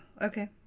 Okay